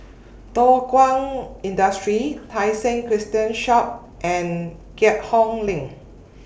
Thow Kwang Industry Tai Seng Christian Church and Keat Hong LINK